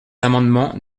l’amendement